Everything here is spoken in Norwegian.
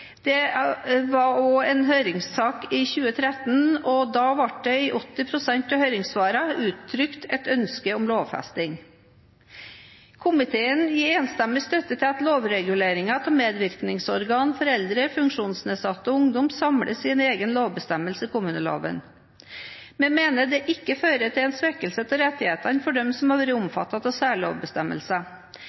var også en høringssak i 2013, og da ble det i 80 pst. av høringssvarene uttrykt et ønske om lovfesting. Komiteen gir enstemmig støtte til at lovreguleringen av medvirkningsorgan for eldre, funksjonsnedsatte og ungdom samles i en egen lovbestemmelse i kommuneloven. Vi mener dette ikke fører til en svekkelse av rettighetene for dem som har vært omfattet av